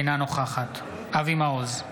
אינה נוכחת אבי מעוז,